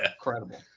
incredible